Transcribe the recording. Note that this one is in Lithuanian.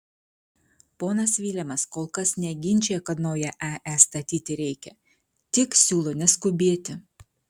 ponas vilemas kol kas neginčija kad naują ae statyti reikia tik siūlo neskubėti